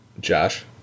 Josh